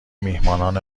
میهمانان